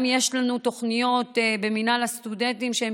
יש לנו גם תוכניות במינהל הסטודנטים שהן